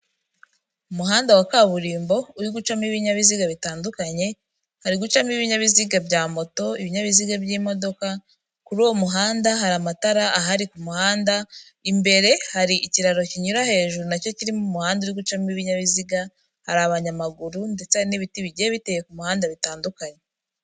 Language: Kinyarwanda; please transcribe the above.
Umuhanda wa kaburimbo uri gucamo ibinyabiziga bitandukanye, hari gucamo ibinyabiziga bya moto, ibinyabiziga by'imodoka, kuri uwo muhanda hari amatara ahari ku muhanda, imbere hari ikiraro kinyura hejuru na cyo kirimo umuhanda uri gucamo ibinyabiziga, hari abanyamaguru ndetse n'ibiti bigiye biteye ku muhanda bitandukanye.